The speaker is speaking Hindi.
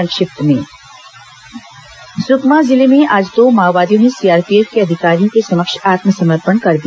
संक्षिप्त समाचार सुकमा जिले में आज दो माओवादियों ने सीआरपीएफ के अधिकारियों के समक्ष आत्मसमर्पण कर दिया